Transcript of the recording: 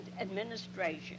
administration